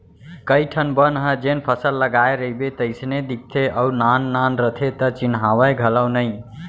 कइ ठन बन ह जेन फसल लगाय रइबे तइसने दिखते अउ नान नान रथे त चिन्हावय घलौ नइ